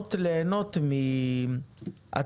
מוכנות ליהנות מהטבות,